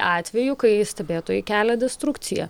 atvejų kai stebėtojai kelia destrukciją